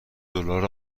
دلار